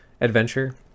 adventure